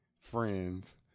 friends